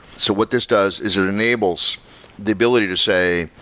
so what this does is it enables the ability to say,